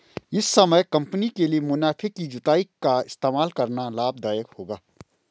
इस समय कंपनी के लिए मुनाफे की जुताई का इस्तेमाल करना लाभ दायक होगा